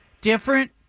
Different